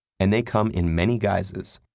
and they come in many guises,